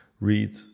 read